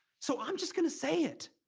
so i'm just going to say it.